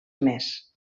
més